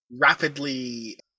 rapidly